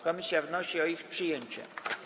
Komisja wnosi o ich przyjęcie.